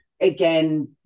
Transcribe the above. again